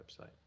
website